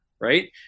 right